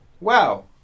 Wow